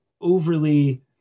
overly